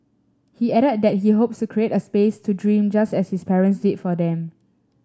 he added that he hopes to create a space to dream just as his parents did for him